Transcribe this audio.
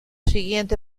siguiente